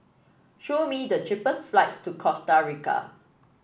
show me the cheapest flights to Costa Rica